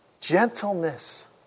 Gentleness